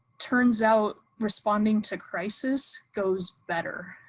turns out responding to crisis goes better.